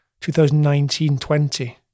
2019-20